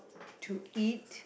to eat